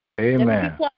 Amen